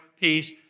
peace